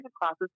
classes